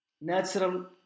natural